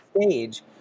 stage